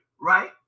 right